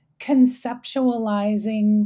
conceptualizing